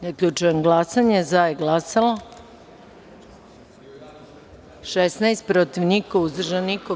Zaključujem glasanje: za je glasalo – 16, protiv – niko, uzdržan – niko.